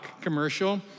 commercial